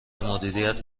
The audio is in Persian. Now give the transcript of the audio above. مدیریت